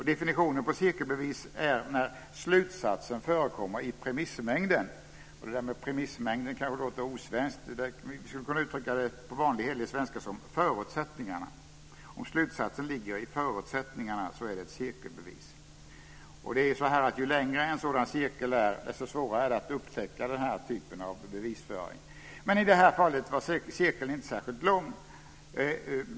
Definitionen på cirkelbevis är när slutsatsen förekommer i premissmängden. Det kanske låter osvenskt, och på vanlig hederlig svenska skulle det kunna uttryckas som förutsättningar. Om slutsatsen ligger i förutsättningarna är det ett cirkelbevis. Ju längre en sådan cirkel är, desto svårare är det att upptäcka den här typen av bevisföring. I det här fallet var dock inte cirkeln särskilt lång.